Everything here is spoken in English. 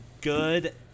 good